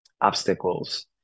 obstacles